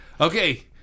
Okay